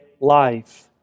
life